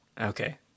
Okay